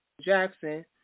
Jackson